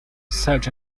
search